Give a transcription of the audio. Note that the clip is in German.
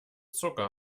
zucker